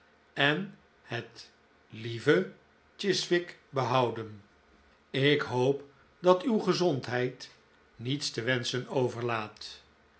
en het lieve chiswick behouden ik hoop dat uw gezondheid niets te wenschen overlaat